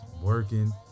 Working